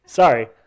sorry